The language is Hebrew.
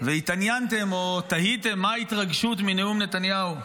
והתעניינתם או תהיתם מה ההתרגשות מנאום נתניהו.